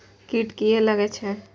कीट किये लगैत छै?